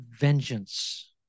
vengeance